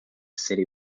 city